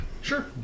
Sure